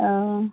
অঁ